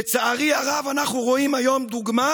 לצערי הרב אנחנו רואים היום דוגמה